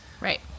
Right